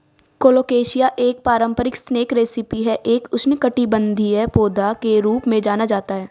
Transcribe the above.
colocasia एक पारंपरिक snack recipe है एक उष्णकटिबंधीय पौधा के रूप में जाना जाता है